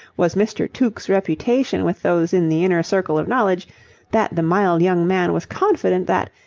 was mr. tuke's reputation with those in the inner circle of knowledge that the mild young man was confident that,